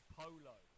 polo